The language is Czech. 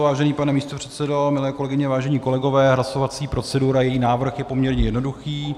Vážený pane místopředsedo, milé kolegyně, vážení kolegové, hlasovací procedura i její návrh je poměrně jednoduchý.